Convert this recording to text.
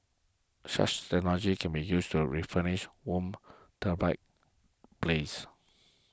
such technology can be used to refurbish worn turbine blades